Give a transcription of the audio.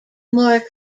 more